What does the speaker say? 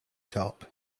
top